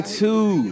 two